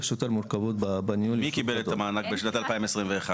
יש יותר מורכבות בניהול --- מי קיבל את המענק בשנת 2021?